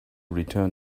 return